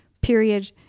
period